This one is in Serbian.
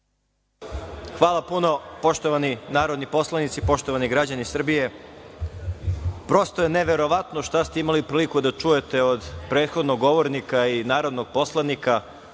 Hvala puno. Poštovani narodni poslanici, poštovani građani Srbije. Prosto je neverovatno šta ste imali priliku da čujete od prethodnog govornika i narodnog poslanika,